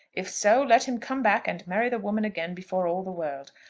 if so, let him come back and marry the woman again before all the world.